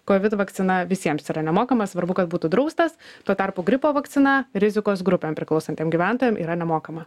kovid vakcina visiems yra nemokama svarbu kad būtų draustas tuo tarpu gripo vakcina rizikos grupėm priklausantiem gyventojam yra nemokama